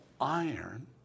iron